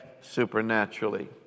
supernaturally